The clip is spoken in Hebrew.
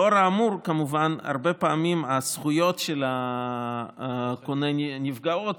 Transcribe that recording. כמובן הרבה פעמים הזכויות של הקונה נפגעות,